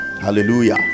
Hallelujah